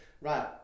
right